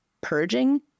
purging